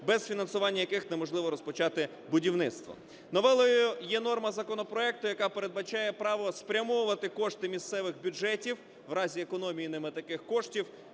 без фінансування яких неможливо розпочати будівництво. Новелою є норма законопроекту, яка передбачає право спрямовувати кошти місцевих бюджетів в разі економії ними таких коштів,